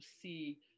see